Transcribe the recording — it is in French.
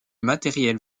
matériel